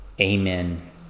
Amen